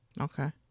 okay